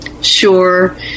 Sure